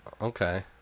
Okay